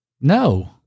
No